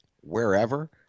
wherever